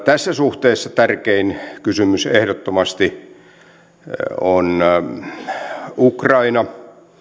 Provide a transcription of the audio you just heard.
tässä suhteessa tärkein kysymys ehdottomasti on ukraina